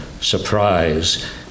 surprise